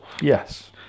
Yes